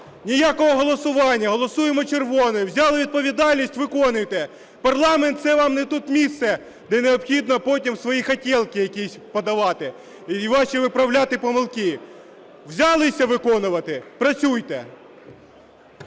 Ніякого голосування! Голосуємо "червоним". Взяли відповідальність – виконуйте! Парламент – це вам не тут місце, де необхідно потім свої "хотєлки" якісь подавати і ваші виправляти помилки. Взялися виконувати – працюйте!